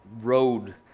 road